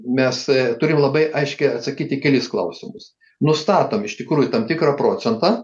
mes turim labai aiškiai atsakyti kelis klausimus nustatom iš tikrųjų tam tikrą procentą